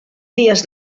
dies